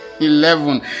eleven